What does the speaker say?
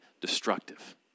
destructive